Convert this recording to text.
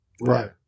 Right